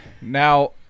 now